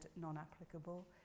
non-applicable